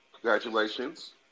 Congratulations